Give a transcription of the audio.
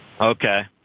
Okay